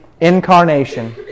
incarnation